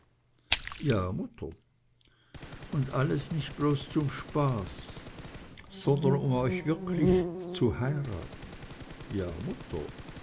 ja mutter und alles nicht bloß zum spaß sondern um euch wirklich zu heiraten ja mutter